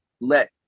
let